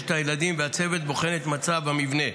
פוגשת את הילדים ואת הצוות ובוחנת את מצב המבנה,